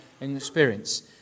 experience